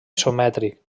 isomètric